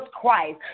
Christ